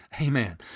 amen